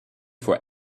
for